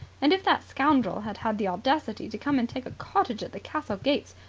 and if that scoundrel had had the audacity to come and take a cottage at the castle gates,